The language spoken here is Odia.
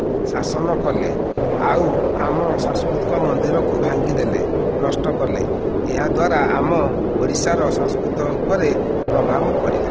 ଶାସନ କଲେ ଆଉ ଆମ ସାଂସ୍କୃତିକ ମନ୍ଦିରକୁ ଭାଙ୍ଗିଦେଲେ ନଷ୍ଟକଲେ ଏହାଦ୍ବାରା ଆମ ଓଡ଼ିଶାର ସଂସ୍କୃତି ଉପରେ ପ୍ରଭାବ ପଡ଼ିଲା